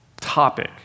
topic